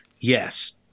Yes